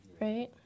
right